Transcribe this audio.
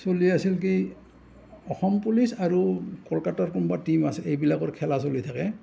চলি আছিল কি অসম পুলিচ আৰু ক'লকাতাৰ কোনোবা টীম আছে এইবিলাকৰ খেলা চলি থাকে